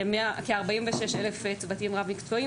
כ-46 אלף צוותים מקצועיים,